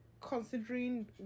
considering